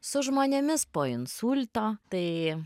su žmonėmis po insulto tai